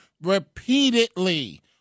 repeatedly